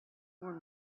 were